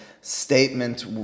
statement